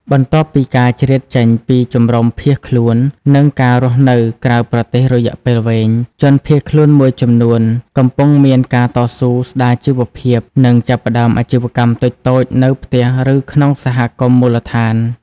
បន្ទាប់ពីការជ្រៀតចេញពីជំរំជនភៀសខ្លួន និងការរស់នៅក្រៅប្រទេសរយៈពេលវែង ជនភៀសខ្លួនមួយចំនួនកំពុងមានការតស៊ូស្តារជីវភាព និងចាប់ផ្តើមអាជីវកម្មតូចៗនៅផ្ទះឬក្នុងសហគមន៍មូលដ្ឋាន។